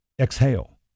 exhale